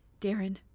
Darren